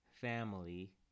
Family